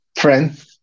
friend